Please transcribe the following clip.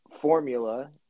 formula